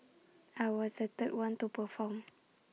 I was the third one to perform